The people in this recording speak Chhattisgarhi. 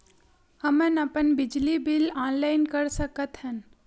हमन अपन बिजली बिल ऑनलाइन कर सकत हन?